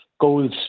goals